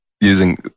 using